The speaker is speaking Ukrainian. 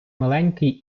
миленький